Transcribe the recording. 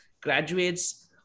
graduates